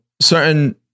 certain